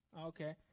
okay